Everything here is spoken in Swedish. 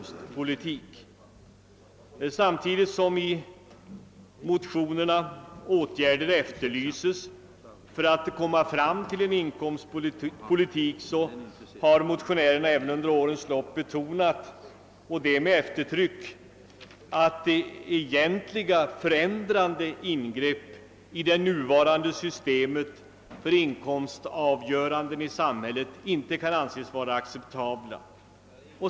Samtidigt som motionärerna efterlyser åtgärder för att komma fram till en inkomstpolitik, har de under årens lopp betonat — och det med eftertryck — att egentliga förändrande ingrepp i det nuvarande systemet för inkomstavgöranden i samhället inte kan anses vara acceptabla.